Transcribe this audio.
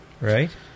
right